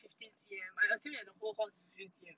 fifteen C_M I assume that the whole horse is fifteen C_M